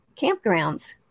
campgrounds